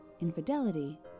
infidelity